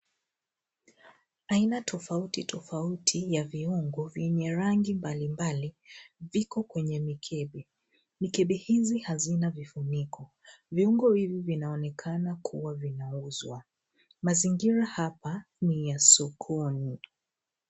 Aina tofauti tofauti ya viungo vyenye rangi mbalimbali viko kwenye mikebe. Mikebe hizi hazina vifuniko, viungo hivi vinaonekaa kuwa vinauzwa. Mazingira hapa ni ya sikoni